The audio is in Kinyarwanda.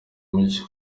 mucyo